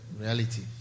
reality